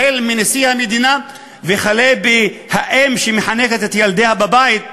החל בנשיא המדינה וכלה באם שמחנכת את ילדיה בבית,